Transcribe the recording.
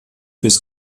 bis